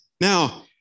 Now